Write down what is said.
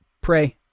pray